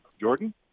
Jordan